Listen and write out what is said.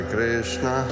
Krishna